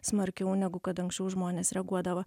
smarkiau negu kad anksčiau žmonės reaguodavo